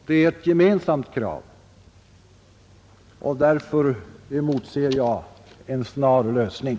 Det är ett gemensamt krav och därför emotser jag en snar lösning.